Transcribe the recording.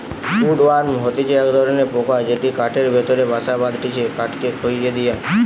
would worm হতিছে এক ধরণের পোকা যেটি কাঠের ভেতরে বাসা বাঁধটিছে কাঠকে খইয়ে দিয়া